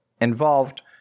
involved